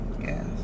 Yes